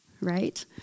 Right